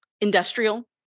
industrial